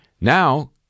Now